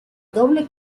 doble